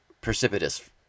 precipitous